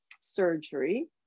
surgery